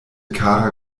kara